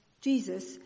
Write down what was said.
Jesus